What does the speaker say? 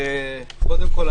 קודם כל,